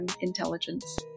intelligence